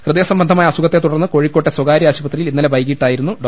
ഹൃദയസംബന്ധമായ അസുഖത്തെത്തുടർന്ന് കോഴിക്കോട്ടെ സ്വകാരൃ ആശുപത്രിയിൽ ഇന്നലെ വൈകീട്ടായിരുന്നു ഡോ